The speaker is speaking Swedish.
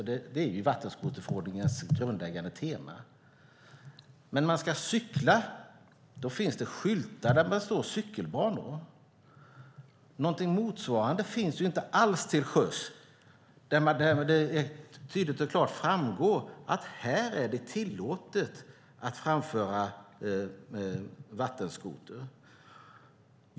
Det är vattenskoterförordningens grundläggande tema. När man ska cykla finns det skyltar som visar att det är en cykelbana. Motsvarande finns inte till sjöss där det tydligt och klart skulle framgå att här är det tillåtet att framföra vattenskoter.